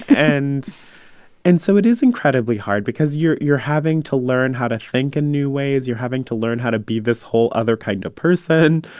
and and so it is incredibly hard because you're you're having to learn how to think in new ways. you're having to learn how to be this whole other kind of person.